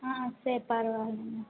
ஆ சரி பரவாலங்க